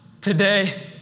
today